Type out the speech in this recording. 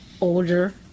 older